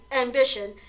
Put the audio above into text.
ambition